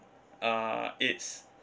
uh it's